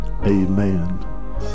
Amen